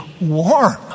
warm